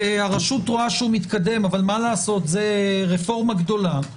והרשות רואה שהוא מתקדם אבל זו רפורמה גדולה-